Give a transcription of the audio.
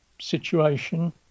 situation